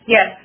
Yes